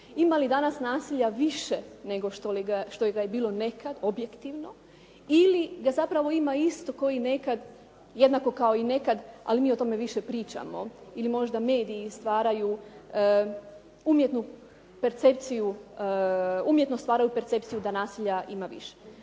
ima li danas nasilja više nego što ga je bilo nekad, objektivno ili ga zapravo ima isto kao i nekad, jednako kao i nekad ali mi o tome više pričamo ili možda mediji umjetno stvaraju percepciju da nasilja ima više.